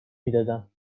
میدادم